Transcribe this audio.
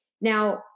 Now